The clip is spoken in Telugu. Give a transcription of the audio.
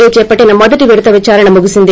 ఏ చేపట్లిన మొదటి విడత విచారణ ముగిసింది